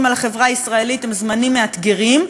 על החברה הישראלית הם זמנים מאתגרים,